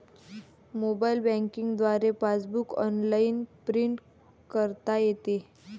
mobile banking द्वारे passbook online print करता येते